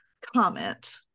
comment